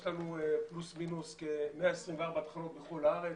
יש לנו פלוס-מינוס כ-24 תחנות בכל הארץ,